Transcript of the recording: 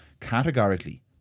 categorically